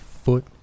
foot